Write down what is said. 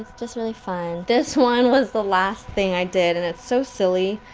just really fun, this one was the last thing i did, and it's so silly.